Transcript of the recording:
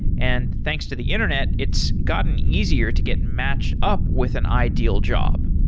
and thanks to the internet it's gotten easier to get match up with an ideal job.